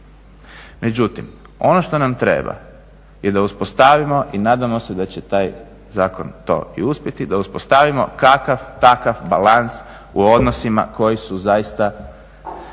Međutim, ono što nam treba je da uspostavimo i nadamo se da će taj zakon to i uspjeti, da uspostavimo kakav takav balans u odnosima koji su zaista